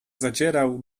zadzierał